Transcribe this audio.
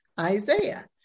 Isaiah